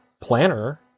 planner